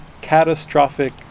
catastrophic